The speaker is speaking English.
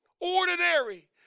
ordinary